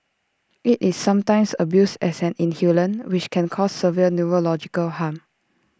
IT is sometimes abused as an inhalant which can cause severe neurological harm